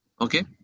Okay